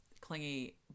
clingy